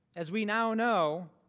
as we now know,